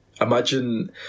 Imagine